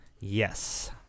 Yes